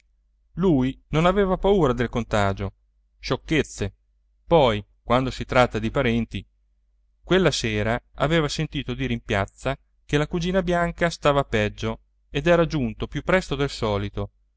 lui non aveva paura del contagio sciocchezze poi quando si tratta di parenti quella sera aveva sentito dire in piazza che la cugina bianca stava peggio ed era giunto più presto del solito